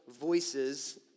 voices